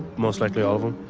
most likely all of them.